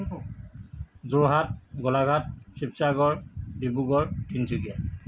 Jorhat Golaghat Sivasagar Dibrugarh Tinsukia